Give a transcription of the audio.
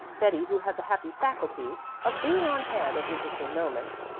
betty, who had the happy faculty of being on hand at interesting moments,